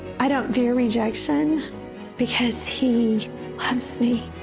i don't feel rejection because he loves me.